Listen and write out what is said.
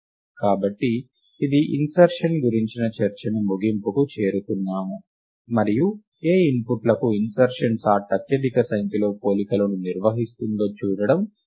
కాబట్టి ఇది ఇంసెర్షన్ గురించిన చర్చను ముగింపుకి చేరుకున్నాము మరియు ఏ ఇన్పుట్లకు ఇంసెర్షన్ సార్ట్ అత్యధిక సంఖ్యలో పోలికలను నిర్వహిస్తుందో చూడటం బోధనాత్మకం